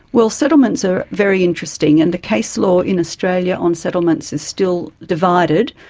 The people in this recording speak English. well, settlements are very interesting, and the case law in australia on settlements is still divided.